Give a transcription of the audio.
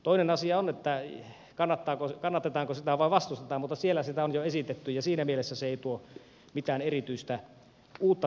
toinen asia on kannatetaanko sitä vai vastustetaan mutta siellä sitä on jo esitetty ja siinä mielessä tämä ratifiointi ei tuo mitään erityistä uutta